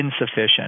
insufficient